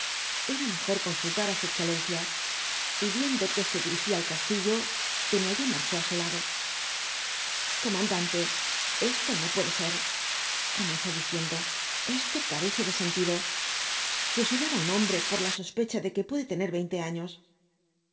era mejor consultar á su excelencia y viendo que se dirigía al castillo desnoyers marchó á su lado comandante esto no puede ser comenzó diciendo esto carece de sentido fusilar á un hombre por la sospecha de que puede tener veinte años